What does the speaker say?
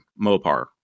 mopar